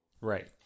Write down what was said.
Right